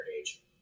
age